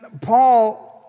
Paul